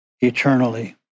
eternally